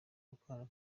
gukorana